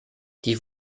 die